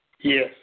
Yes